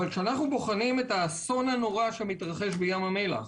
אבל כשאנחנו בוחנים את האסון הנורא שמתרחש בים המלח,